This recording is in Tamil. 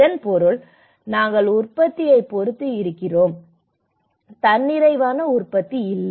இதன் பொருள் நாங்கள் உற்பத்தியைப் பொறுத்து இருக்கிறோம் தன்னிறைவான உற்பத்தி இல்லை